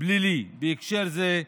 הפלילי בהקשר זה,